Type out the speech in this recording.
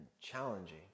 challenging